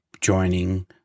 joining